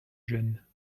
jeunes